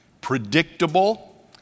predictable